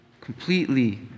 completely